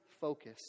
focus